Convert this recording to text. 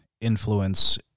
influence